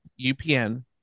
UPN